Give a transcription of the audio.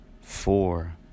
four